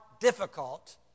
difficult